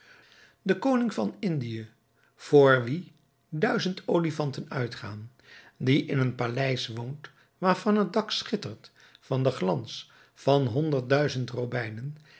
de koning van indië vr wien duizend olifanten uitgaan die in een paleis woont waarvan het dak schittert van den glans van honderd duizenden robijnen